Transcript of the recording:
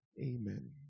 amen